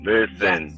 Listen